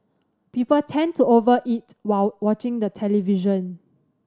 people tend to over eat while watching the television